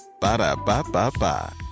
Ba-da-ba-ba-ba